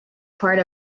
part